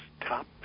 top